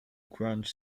grunge